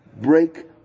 break